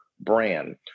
brand